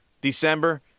December